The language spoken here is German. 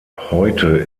heute